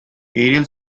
aerial